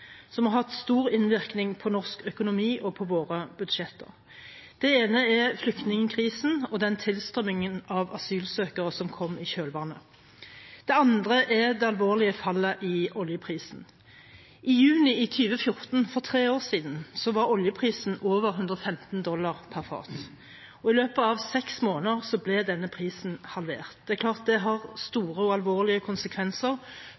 som har hatt stor innvirkning på norsk økonomi og på våre budsjetter. Det ene er flyktningkrisen og den tilstrømningen av asylsøkere som kom i kjølvannet av den. Det andre er det alvorlige fallet i oljeprisen. I juni i 2014 – for tre år siden – var oljeprisen på over 115 dollar per fat. I løpet av seks måneder ble denne prisen halvert. Det er klart at det har store og alvorlige konsekvenser